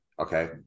Okay